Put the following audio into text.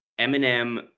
Eminem